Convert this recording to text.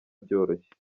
byoroshye